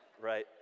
right